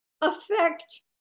affect